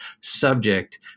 subject